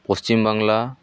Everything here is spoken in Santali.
ᱯᱚᱥᱪᱤᱢᱵᱟᱝᱞᱟ